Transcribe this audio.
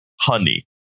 honey